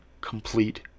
complete